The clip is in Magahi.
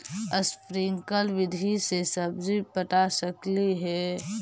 स्प्रिंकल विधि से सब्जी पटा सकली हे?